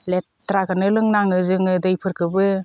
लेथ्राखौनो लोंनाङो जों दैफोरखौबो